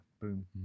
Boom